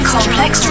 Complex